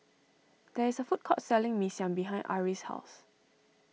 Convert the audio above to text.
there is a food court selling Mee Siam behind Arrie's house